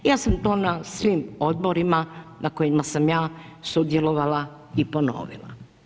Ja sam to na svim odborima na kojima sam ja sudjelovala i ponovila.